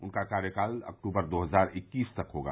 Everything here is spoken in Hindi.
उनका कार्यकाल अक्टूबर दो हजार इक्कीस तक होगा